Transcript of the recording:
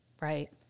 right